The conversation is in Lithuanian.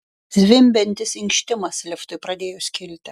zvimbiantis inkštimas liftui pradėjus kilti